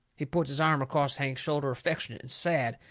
he puts his arm across hank's shoulder affectionate and sad,